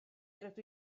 rydw